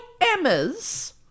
Emma's